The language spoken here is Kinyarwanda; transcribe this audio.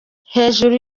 hejuru